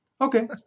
Okay